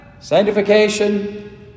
Sanctification